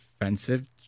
offensive